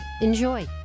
Enjoy